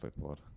Flipboard